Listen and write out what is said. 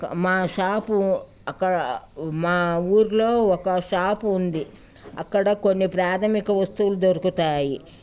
మా షాపు అక్కడ మా ఊర్లో ఒక షాపు ఉంది అక్కడ కొన్ని ప్రాథమిక వస్తువులు దొరుకుతాయి